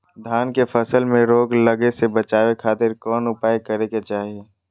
धान के फसल में रोग लगे से बचावे खातिर कौन उपाय करे के चाही?